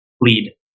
lead